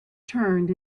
turned